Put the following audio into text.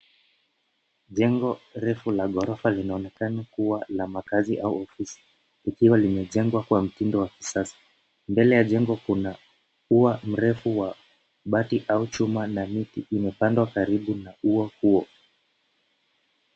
Jengo refu la ghorofa linaonekana kuwa la makazi au ofisi, likiwa limejengwa kwa mtindo wa kisasa. Mbele ya jengo kuna ua mrefu wa bati au chuma na miti imepandwa karibu ua huo.